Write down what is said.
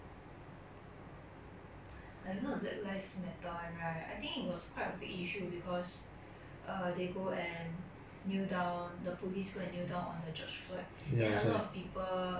err they go and kneel down the police go and kneel down on the george floyd then a lot of people in the states they keep err making fun of it lah which 我觉得是不对 lor because